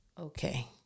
Okay